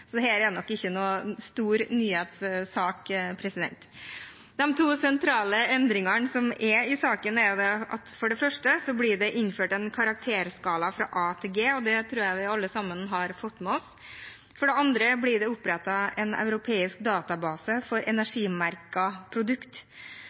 så dette er nok ikke noen stor nyhetssak. De to sentrale endringene i saken er at for det første blir det innført en karakterskala fra A til G, og det tror jeg vi alle sammen har fått med oss. For det andre blir det opprettet en europeisk database for